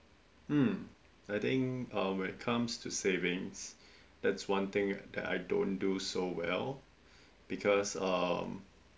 mm I think uh when it comes to savings that's one thing that I don't do so well because um